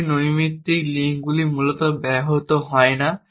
যে নৈমিত্তিক লিঙ্কগুলি মূলত ব্যাহত হয় না